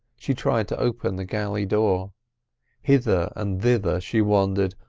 she tried to open the galley door hither and thither she wandered,